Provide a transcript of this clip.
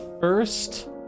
first